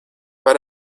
but